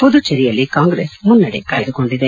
ಪುದುಚೇರಿಯಲ್ಲಿ Congress ಮುನ್ನಡೆ ಕಾಯ್ದುಕೊಂಡಿದೆ